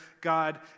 God